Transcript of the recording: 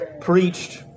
preached